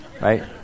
right